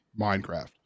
Minecraft